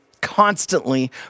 constantly